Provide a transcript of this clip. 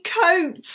cope